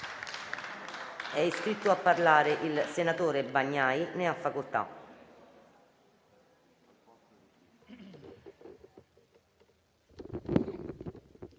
È iscritto a parlare il senatore Romeo. Ne ha facoltà.